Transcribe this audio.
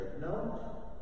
no